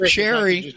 Sherry